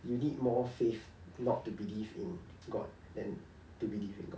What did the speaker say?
you need more faith not to believe in god then to believe in god